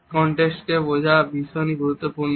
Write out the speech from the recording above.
context কে বোঝা ভীষণ গুরুত্বপূর্ণ